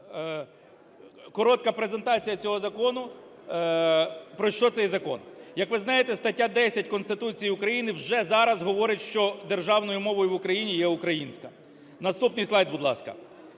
Коротка презентація цього закону, про що цей закон. Як ви знаєте, стаття 10 Конституції України вже зараз говорить, що державною мовою в Україні є українська. Наступний слайд, будь ласка.